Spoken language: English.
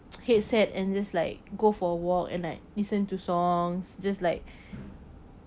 headset and just like go for a walk and like listen to songs just like